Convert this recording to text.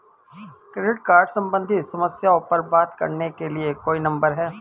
Credit card सम्बंधित समस्याओं पर बात करने के लिए कोई नंबर है?